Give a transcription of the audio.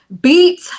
Beat